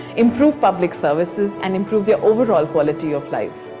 improve public services, and improve their overall quality of life.